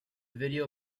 video